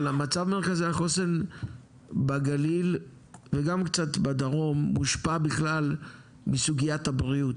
אבל מצב מרכזי החוסן בגליל וגם קצת בדרום מושפע בכלל מסוגיית הבריאות,